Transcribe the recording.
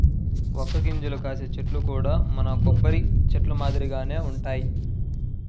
వక్క గింజలు కాసే చెట్లు కూడా మన కొబ్బరి చెట్లు మాదిరిగానే వుంటయ్యి